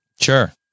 Sure